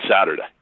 Saturday